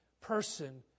person